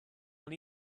will